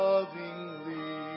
Lovingly